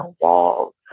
walls